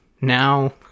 Now